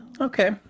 Okay